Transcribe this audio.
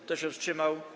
Kto się wstrzymał?